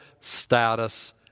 status